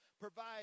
provide